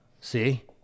See